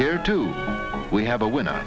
here too we have a winner